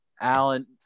Alan